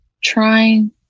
trying